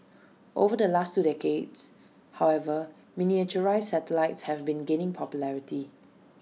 over the last two decades however miniaturised satellites have been gaining popularity